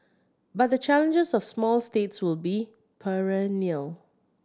but the challenges of small states will be perennial